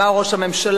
אמר ראש הממשלה,